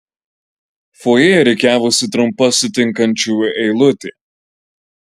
fojė rikiavosi trumpa sutinkančiųjų eilutė